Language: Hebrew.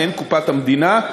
והן קופת המדינה,